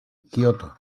kioto